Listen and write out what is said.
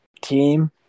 team